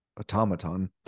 automaton